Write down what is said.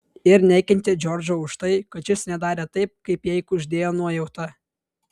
ir nekentė džordžo už tai kad šis nedarė taip kaip jai kuždėjo nuojauta